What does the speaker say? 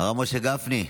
הרב משה גפני,